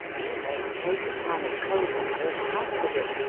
you may take a ton of coal and warm a house with it.